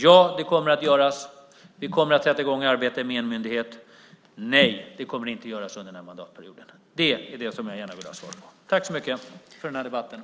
Ja, det kommer att göras: Vi kommer att sätta i gång ett arbete med en enmyndighet. Eller: Nej, det kommer inte att göras under den här mandatperioden. Det vill jag gärna ha ett svar på. Tack för den här debatten!